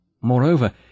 Moreover